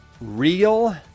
real